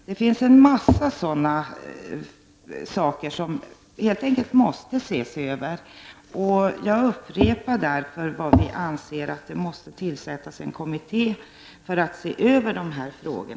Det finns en sådana mängd saker som helt enkelt måste ses över. Jag upprepar därför att vi anser att det måste tillsättas en kommitté för att se över dessa frågor.